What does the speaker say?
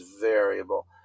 variable